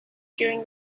during